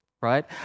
Right